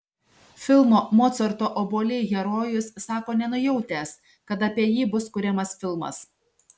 filmo mocarto obuoliai herojus sako nenujautęs kad apie jį bus kuriamas filmas